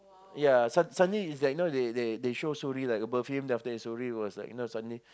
ya sud~ suddenly it's like you know they they they show Suri like above him then after that Suri was like you know suddenly